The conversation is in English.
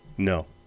No